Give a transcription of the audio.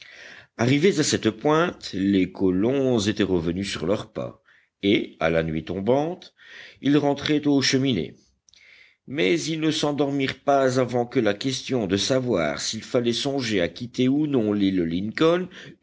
arrivés à cette pointe les colons étaient revenus sur leurs pas et à la nuit tombante ils rentraient aux cheminées mais ils ne s'endormirent pas avant que la question de savoir s'il fallait songer à quitter ou non l'île lincoln